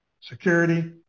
security